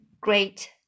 great